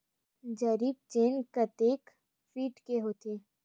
जरीब चेन कतेक फीट के होथे?